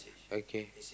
okay